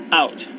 out